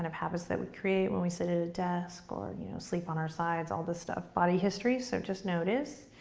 and habits that we create when we sit at a desk or and you know sleep on our sides, all this stuff, body history. so just notice.